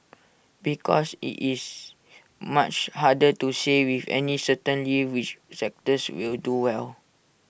because IT is much harder to say with any certainty which sectors will do well